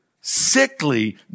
sickly